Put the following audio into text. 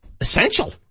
essential